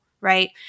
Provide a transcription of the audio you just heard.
right